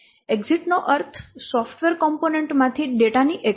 exit નો અર્થ software component માંથી ડેટાની એક્ઝીટ